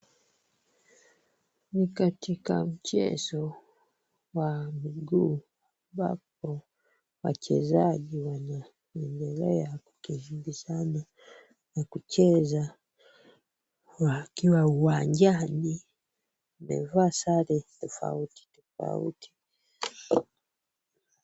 Ni katika mchezo wa mguu, ambapo wachezaji wenye roho ya kukimbizana na kucheza, wakiwa uwanjani wamevaa sare tofauti tofauti.